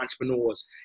entrepreneurs